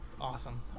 awesome